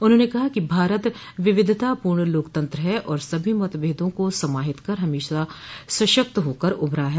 उन्होंने कहा कि भारत विविधतापूर्ण लोकतंत्र है और सभी मतभेदों को समाहित कर हमेशा सशक्त होकर उभरा है